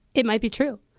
it might be true,